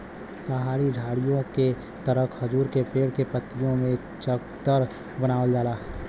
पहाड़ी झाड़ीओ के तरह खजूर के पेड़ के पत्तियों से चादर बनावल जाला